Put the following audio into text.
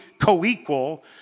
co-equal